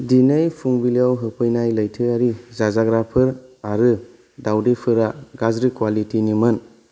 दिनै फुंबिलियाव होफैनाय लैथोआरि जाजाग्राफोर आरो दावदैफोरा गाज्रि क्वालिटिनिमोन